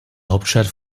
hauptstadt